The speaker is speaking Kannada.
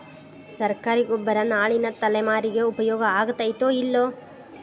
ಸರ್ಕಾರಿ ಗೊಬ್ಬರ ನಾಳಿನ ತಲೆಮಾರಿಗೆ ಉಪಯೋಗ ಆಗತೈತೋ, ಇಲ್ಲೋ?